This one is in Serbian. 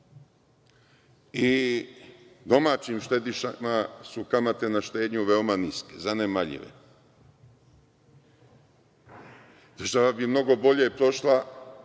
I domaćim štedišama su kamate na štednju veoma niske, zanemarljive. Država bi mnogo bolje prošla